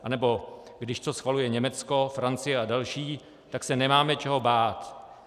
Anebo: když to schvaluje Německo, Francie a další, tak se nemáme čeho bát.